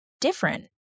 different